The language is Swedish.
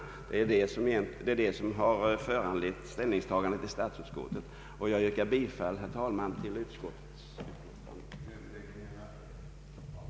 Utskottet anser därför att vi i denna fråga bör vänta med ett ställningstagande. Jag yrkar, herr talman, bifall till utskottets förslag.